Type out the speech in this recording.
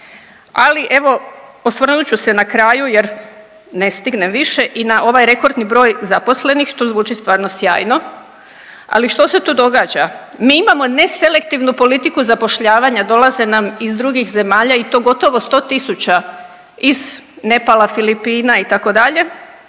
ali evo osvrnut ću se na kraju jer ne stignem više i na ovaj rekordni broj zaposlenih, što zvuči stvarno sjajno. Ali što se tu događa? Mi imamo neselektivnu politiku zapošljavanja, dolaze nam iz drugih zemalja i to gotovo 100.000 iz Nepala, Filipina itd., nama